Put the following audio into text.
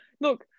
Look